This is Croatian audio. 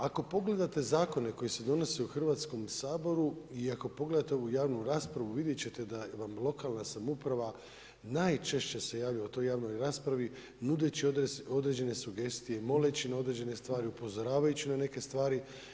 Ako pogledate zakone koji se donose u Hrvatskom saboru i ako pogledate ovu javnu raspravu vidjet ćete da vam lokalna samouprava najčešće se javlja u toj javnoj raspravi nudeći određene sugestije, moleći na određene stvari, upozoravajući na neke stvari.